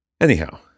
anyhow